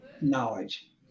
knowledge